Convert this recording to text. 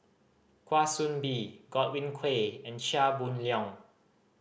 Kwa Soon Bee Godwin Koay and Chia Boon Leong